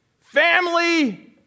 Family